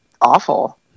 awful